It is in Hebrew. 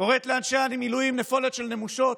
קוראת לאנשי המילואים "נפולת של נמושות",